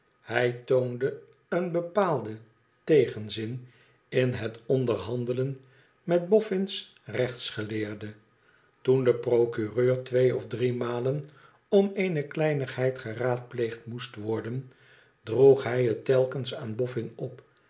hij toonde een bepaalden tegenzin in het onderhandelen metboffin's rechtsgeleerde toen de procureur twee of driemalen om eene kleinigheid geraadpleegd moest worden droeg hij het telkens aan bofhn op